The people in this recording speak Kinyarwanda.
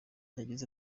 yagize